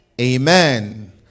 amen